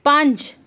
ਪੰਜ